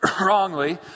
wrongly